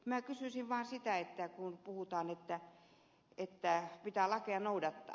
minä kysyisin vaan siitä kun puhutaan että pitää lakeja noudattaa